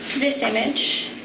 this image.